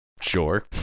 Sure